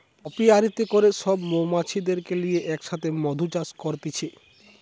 অপিয়ারীতে করে সব মৌমাছিদেরকে লিয়ে এক সাথে মধু চাষ করতিছে